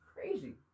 Crazy